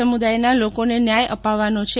સમુદાયના લોકોને ન્યાય અપાવવાનો છે